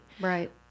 Right